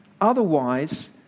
Otherwise